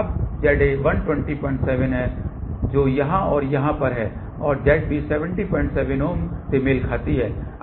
अब Za 1207 है जो यहाँ और यहाँ पर है और Zb 707 ओम से मेल खाती है